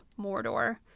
Mordor